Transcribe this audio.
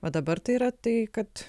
o dabar tai yra tai kad